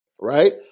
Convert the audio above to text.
right